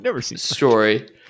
story